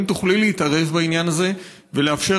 האם תוכלי להתערב בעניין הזה ולאפשר